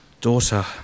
daughter